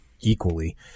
equally